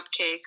cupcakes